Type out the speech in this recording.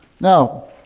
now